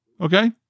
Okay